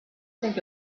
think